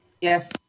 Yes